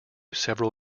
several